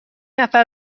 نفر